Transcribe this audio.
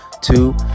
Two